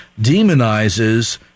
demonizes